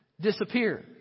disappear